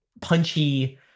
punchy